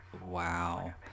wow